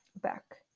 Back